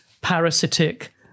parasitic